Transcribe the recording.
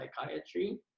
psychiatry